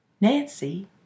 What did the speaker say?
Nancy